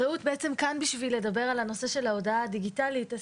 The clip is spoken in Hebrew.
רעות אופק נמצאת בזום בשביל לדבר על ההודעה הדיגיטלית,